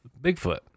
Bigfoot